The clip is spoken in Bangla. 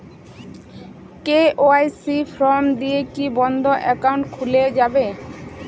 কে.ওয়াই.সি ফর্ম দিয়ে কি বন্ধ একাউন্ট খুলে যাবে?